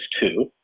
Two